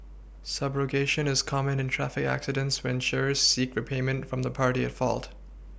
subrogation is common in traffic accidents when insurers seek repayment from the party at fault